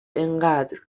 انقدر